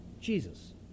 Jesus